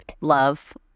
love